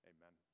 Amen